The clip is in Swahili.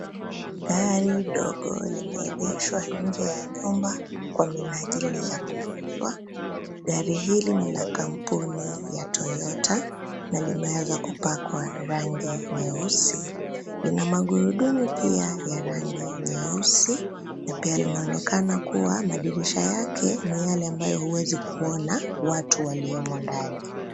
Gari ndogo limeegeshwa nje ya nyumba kwa menajili ya kuuzwa gari hili nila kampuni ya Toyota na limeweza kupakwa rangi nyeusi lina magurudumu pia ya rangi nyeusi na pia linaonekana kuwa madirisha yake ni yale ambayo huwezi kuona watu waliomo ndani.